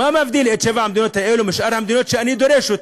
מה מבדיל את שבע המדינות האלה משאר המדינות שאני דורש?